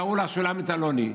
קראו לה שולמית אלוני,